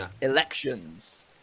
elections